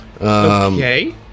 Okay